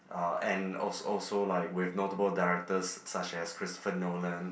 uh and als~ also like with notable directors such as Christopher Nolan